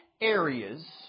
areas